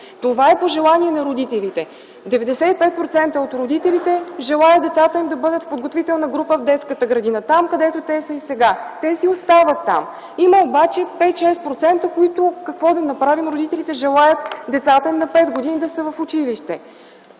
Това е по желание на родителите – 95% от родителите желаят децата им да бъдат в подготвителна група в детската градина - там, където те са и сега, те си остават там. Има обаче 5-6%, които какво да направим – родителите желаят децата им на 5 години да са в училище.